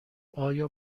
آیا